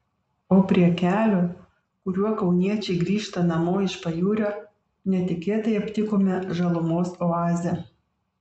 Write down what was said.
o prie kelio kuriuo kauniečiai grįžta namo iš pajūrio netikėtai aptikome žalumos oazę